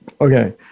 Okay